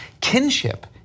Kinship